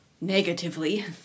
negatively